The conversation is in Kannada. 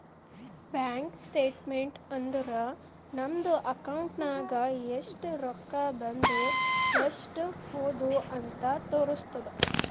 ಬ್ಯಾಂಕ್ ಸ್ಟೇಟ್ಮೆಂಟ್ ಅಂದುರ್ ನಮ್ದು ಅಕೌಂಟ್ ನಾಗ್ ಎಸ್ಟ್ ರೊಕ್ಕಾ ಬಂದು ಎಸ್ಟ್ ಹೋದು ಅಂತ್ ತೋರುಸ್ತುದ್